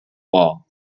wall